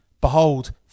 Behold